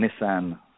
Nissan